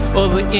over